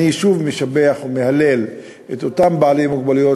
אני שוב משבח ומהלל את אותם בעלי מוגבלויות,